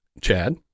Chad